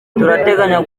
turateganya